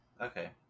Okay